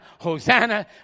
Hosanna